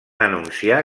anunciar